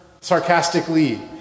sarcastically